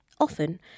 often